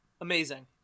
Amazing